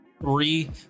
three